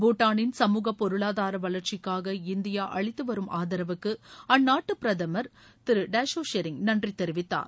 பூடானின் சமூக பொருளாதார வளர்ச்சிக்காக இந்தியா அளித்து வரும் ஆதரவுக்கு அந்நாட்டு பிரதமர் திரு டோப்கே நன்றி தெரிவித்தார்